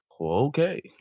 okay